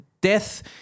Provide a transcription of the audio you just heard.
Death